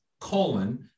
colon